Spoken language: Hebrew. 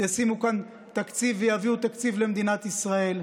ישימו כאן תקציב ויביאו תקציב למדינת ישראל.